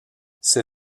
ces